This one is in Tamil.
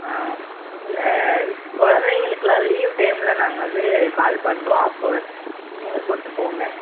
ஆ இல்லை இது குழந்தைங்களுக்குலாம் லீவு டைமில் நாங்கள் வந்து கால் பண்ணுறோம் அப்போ நீங்கள் கூட்டு போங்க